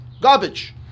garbage